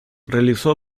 realizó